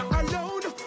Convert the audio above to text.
alone